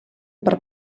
per